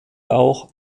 auch